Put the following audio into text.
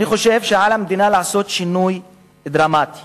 אני חושב שעל המדינה לעשות שינוי דרמטי